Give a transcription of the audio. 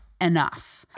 enough